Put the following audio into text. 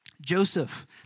Joseph